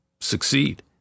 succeed